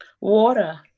Water